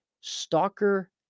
Stalker